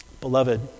Beloved